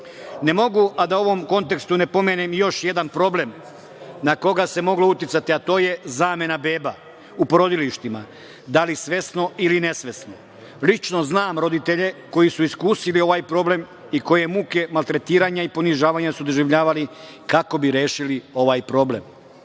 Ne mogu a da u ovom kontekstu ne pomenem još jedan problem na koga se moglo uticati, a to je zamena beba u porodilištima, da li svesno ili nesvesno. Lično znam roditelje koji su iskusili ovaj problem i koje muke i maltretiranje i ponižavanja su doživljavali kako bi rešili ovaj problem. Otvoreno